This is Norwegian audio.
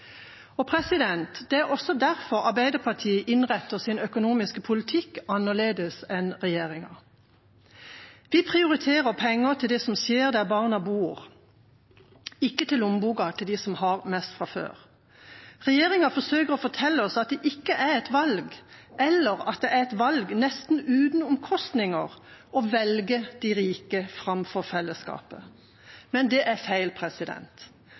Det er også derfor Arbeiderpartiet innretter sin økonomiske politikk annerledes enn regjeringa. Vi prioriterer penger til det som skjer der barna bor, ikke til lommeboka til dem som har mest fra før. Regjeringa forsøker å fortelle oss at det ikke er et valg, eller at det er et valg nesten uten omkostninger å velge de rike framfor fellesskapet. Men det er feil.